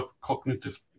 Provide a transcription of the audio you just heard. cognitive